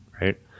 right